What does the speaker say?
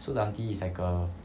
so the auntie is like err